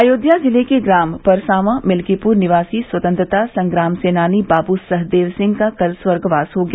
अयोध्या जिले के ग्राम परसावा मिल्कीपुर निवासी स्वतन्त्रता संग्राम सेनानी बाबू सहदेव सिंह का कल स्वर्गवास हो गया